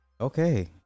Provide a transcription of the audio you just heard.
okay